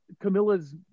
Camilla's